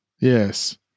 Yes